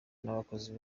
n’abakozi